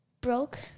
broke